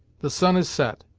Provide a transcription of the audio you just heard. the sun has set,